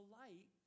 light